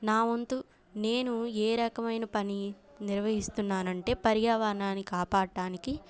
నా వంతు నేను ఏ రకమైన పని నిర్వహిస్తున్నానంటే పర్యావరణాన్ని కాపాడడానికి